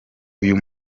uyu